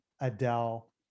Adele